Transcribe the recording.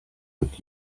would